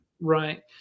Right